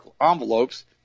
envelopes